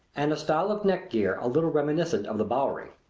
and a style of neckgear a little reminiscent of the bowery.